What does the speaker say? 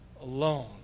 alone